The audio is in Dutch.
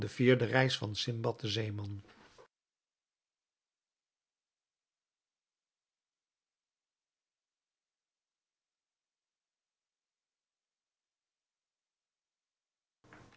voort vierde reis van sindbad den zeeman